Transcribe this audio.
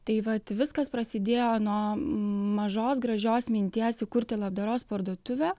tai vat viskas prasidėjo nuo mažos gražios minties įkurti labdaros parduotuvę